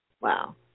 Wow